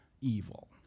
evil